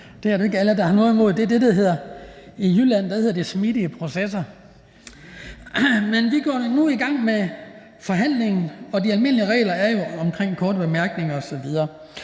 Det er det, der i Jylland hedder smidige processer. Men vi går nu i gang med forhandlingen, og der gælder jo de almindelige regler omkring korte bemærkninger osv.